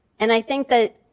and i think that